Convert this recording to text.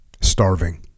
starving